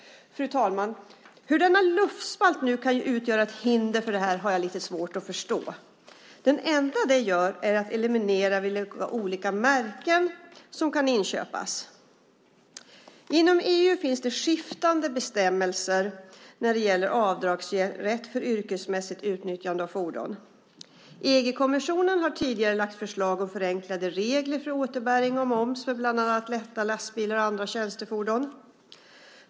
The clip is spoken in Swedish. Hur denna luftspalt kan utgöra ett hinder för det har jag, fru talman, lite svårt att förstå. Det enda den gör är att eliminera olika märken som kan inköpas. Inom EU finns det skiftande bestämmelser när det gäller avdragsrätt för yrkesmässigt utnyttjande av fordon. EG-kommissionen har tidigare lagt fram förslag om förenklade regler för återbäring av moms för bland annat lätta lastbilar och andra tjänstefordon.